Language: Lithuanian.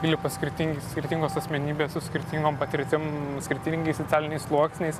įlipa skirtingi skirtingos asmenybės su skirtingom patirtim skirtingais socialiniais sluoksniais